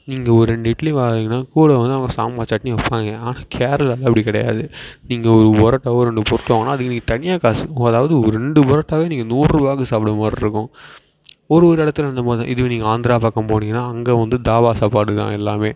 நீங்கள் ஒரு ரெண்டு இட்லி வாங்குனிங்கன்னால் கூட வந்து அவன் சாம்பார் சட்னி வைப்பாங்க ஆனால் கேரளாவில் அப்படி கிடையாது நீங்கள் ஒரு பரோட்டாவோ ரெண்டு பரோட்டா வாங்கினா அதுக்கு நீங்கள் தனியாக காசு அதாவது ரெண்டு பரோட்டாவே நீங்கள் நூறுரூபாக்கு சாப்பிட்ட மாதிரி இருக்கும் ஒரு ஒரு இடத்துல அந்த மாதிரி தான் இதுவே நீங்கள் ஆந்திரா பக்கம் போனிங்கன்னால் அங்கே வந்து தாபா சாப்பாடு தான் எல்லாமே